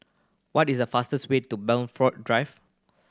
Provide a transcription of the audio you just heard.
what is the fastest way to Blandford Drive